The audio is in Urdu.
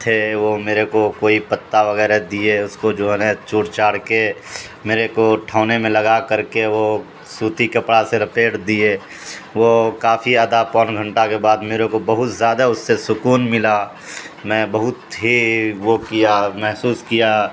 تھے وہ میرے کو کوئی پتا وغیرہ دیے اس کو جو ہے نے چوٹ چاڑ کے میرے کو ٹھونے میں لگا کر کے وہ سوتی کپڑا سے رپیٹ دیے وہ کافی آدھا پ گھنٹہ کے بعد میرے کو بہت زیادہ اس سے سکون ملا میں بہت ہی وہ کیا محسوس کیا